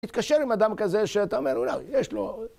התקשר עם אדם כזה שאתה אומר, אולי יש לו...